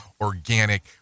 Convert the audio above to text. organic